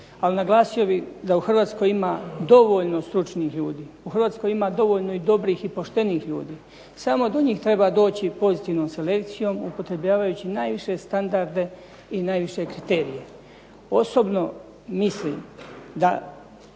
ali naglasio bi da u Hrvatskoj ima dovoljno stručnih ljudi. U Hrvatskoj ima dovoljno i dobrih i poštenih ljudi samo do njih treba doći pozitivnom selekcijom upotrebljavajući najviše standarde i najviše kriterije.